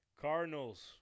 Cardinals